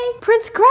Prince